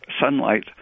sunlight